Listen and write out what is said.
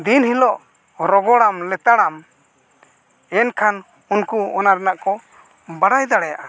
ᱫᱤᱱ ᱦᱤᱞᱳᱜ ᱨᱚᱜᱚᱲᱟᱢ ᱞᱮᱛᱟᱲᱟᱢ ᱮᱱᱠᱷᱟᱱ ᱩᱱᱠᱩ ᱚᱱᱟ ᱨᱮᱱᱟᱜ ᱠᱚ ᱵᱟᱲᱟᱭ ᱫᱟᱲᱮᱭᱟᱜᱼᱟ